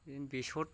बेसर